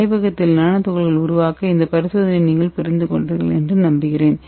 ஆய்வகத்தில் நானோ துகள்களை உருவாக்க இந்த பரிசோதனையை நீங்கள் புரிந்து கொண்டீர்கள் என்று நம்புகிறேன்